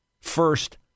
first